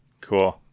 cool